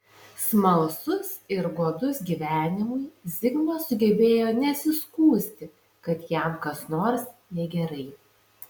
smalsus ir godus gyvenimui zigmas sugebėjo nesiskųsti kad jam kas nors negerai